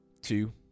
two